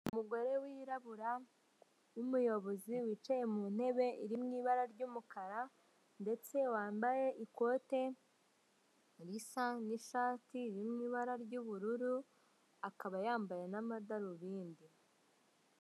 Umugore wirabura w'umuyobozi wicaye mu ntebe iri mu ibara ry'umukara ndetse wambaye ikote risa n'ishati iri mu ibara ry'ubururu, akaba yambaye n'amadarubindi.